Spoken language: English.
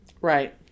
Right